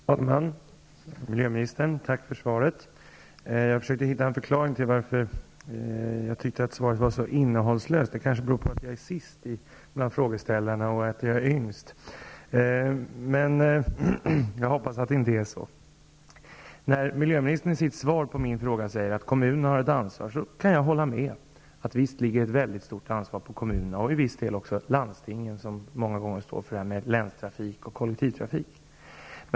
Herr talman! Jag tackar miljöministern för svaret. Jag har försökt att hitta en förklaring till att jag tycker att svaret är innehållslöst. Kanske är orsaken att jag är sist bland frågeställarna och att jag dessutom är yngst. Men jag hoppas att det inte är så. I svaret på min fråga säger miljöministern att kommunerna har ett ansvar. Det kan jag hålla med om. Visst ligger ett väldigt stort ansvar på kommunerna men också till viss del på landstingen, som många gånger ansvarar för länstrafiken och annan kollektivtrafik.